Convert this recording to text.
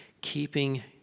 keeping